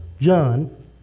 John